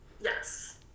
Yes